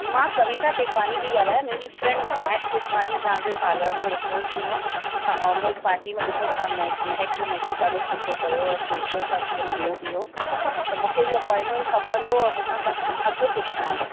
मां कविता टेकवाणी पई ॻाल्हायां मुंहिंजी फ़्रैंड महेक केसवाणी तव्हांजे पार्लर जो रिफ़रंस ॾिनो मूं हिकु पार्टीअ में ॾिठो तव्हां मे महेक जो मेकअप ॾाढो सुठो कयो ऐं फ़ैशियल सां स्किन ग्लॉ बि हो त मूंखे बि अपॉइंटमेंट खपंदो और मूंखां तव्हां खां अघ पुछिणा आहिनि